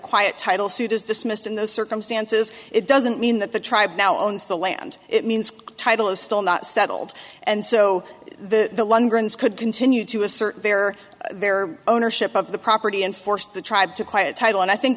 quiet title suit is dismissed in those circumstances it doesn't mean that the tribe now owns the land it means title is still not settled and so the lundgren's could continue to assert their or their ownership of the property and force the tribe to quite a title and i think